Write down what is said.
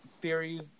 theories